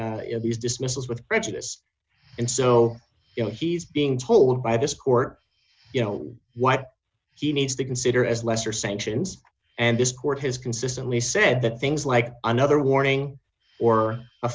in these dismissals with prejudice and so you know he's being told by this court you know what he needs to consider as lesser sanctions and this court has consistently said that things like another warning or